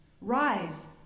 Rise